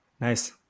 Nice